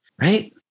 right